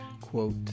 Quote